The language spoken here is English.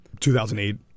2008